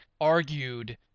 argued